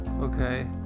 Okay